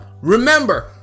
Remember